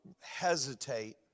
hesitate